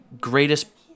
greatest